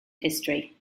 history